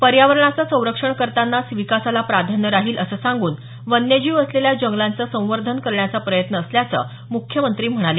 पर्यावरणाचं संरक्षण करतानाच विकासाला प्राधान्य राहील असे सांगून वन्यजीव असलेल्या जंगलाचं संवर्धन करण्याचा प्रयत्न असल्याचं मुख्यमंत्री म्हणाले